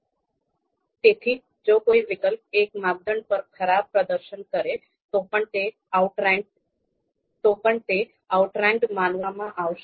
તેથી આપેલ માપદંડના સમૂહમાંથી જો કોઈ એક માપદંડ માટે કોઈ અન્ય વિકલ્પ અન્ય વિકલ્પની સરખામણીમાં ખરાબ પ્રદર્શન કરે છે તો તે અન્ય માપદંડો પર તેની કામગીરીને ધ્યાનમાં લીધા વગર તેને આઉટરેન્ક ગણવામાં આવશે